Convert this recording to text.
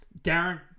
Darren